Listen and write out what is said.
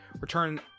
return